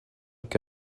que